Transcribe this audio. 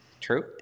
True